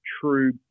True